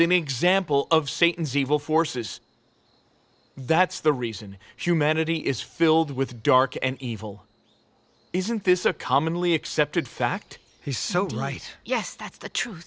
an example of satan's evil forces that's the reason humanity is filled with dark and evil isn't this a commonly accepted fact he's so right yes that's the truth